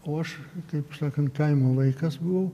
o aš kaip sakant kaimo vaikas buvau